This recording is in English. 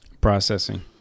processing